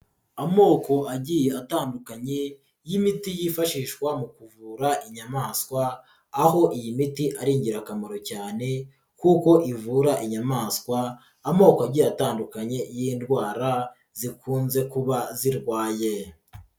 Amoko agiye atandukanye y'imiti yifashishwa mu kuvura inyamaswa aho iyi miti ari ingirakamaro cyane kuko ivura inyamaswa amoko agiye atandukanye y'indwara zikunze kuba zirwaye.